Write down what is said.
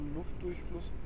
Luftdurchfluss